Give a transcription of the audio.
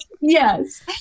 yes